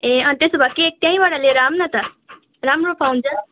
ए अँ त्यसो भए केक त्यहीँबाट लिएर आऊँ न त राम्रो पाउँछ